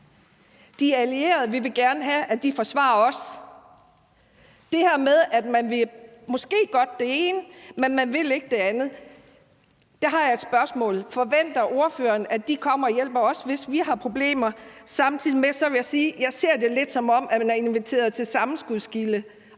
De allierede vil vi gerne have forsvarer os. I forhold til det her med, at man måske godt vil det ene, men at man ikke vil det andet, har jeg et spørgsmål. Forventer ordføreren, at de kommer og hjælper os, hvis vi har problemer? Samtidig vil jeg sige, at jeg ser det lidt, som om man er inviteret til sammenskudsgilde